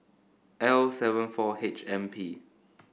L seven four H M P